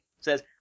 says